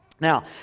Now